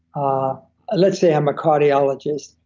ah ah let's say i'm a cardiologist,